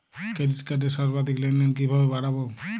Credit কার্ডের সর্বাধিক লেনদেন কিভাবে বাড়াবো?